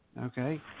okay